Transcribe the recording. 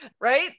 Right